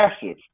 passive